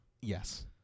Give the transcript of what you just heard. Yes